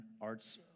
arts